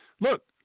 look